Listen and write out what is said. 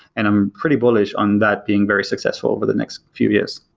and i'm pretty bullish on that being very successful over the next few years.